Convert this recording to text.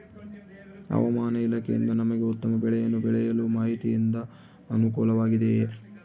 ಹವಮಾನ ಇಲಾಖೆಯಿಂದ ನಮಗೆ ಉತ್ತಮ ಬೆಳೆಯನ್ನು ಬೆಳೆಯಲು ಮಾಹಿತಿಯಿಂದ ಅನುಕೂಲವಾಗಿದೆಯೆ?